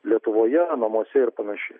lietuvoje namuose ir panašiai